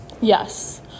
yes